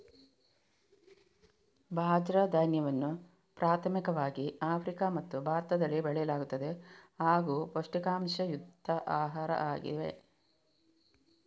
ಬಾಜ್ರ ಧಾನ್ಯವನ್ನು ಪ್ರಾಥಮಿಕವಾಗಿ ಆಫ್ರಿಕಾ ಮತ್ತು ಭಾರತದಲ್ಲಿ ಬೆಳೆಯಲಾಗುತ್ತದೆ ಹಾಗೂ ಪೌಷ್ಟಿಕಾಂಶಯುಕ್ತ ಆಹಾರ ಆಗಿವೆ